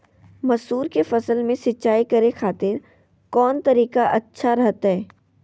मसूर के फसल में सिंचाई करे खातिर कौन तरीका अच्छा रहतय?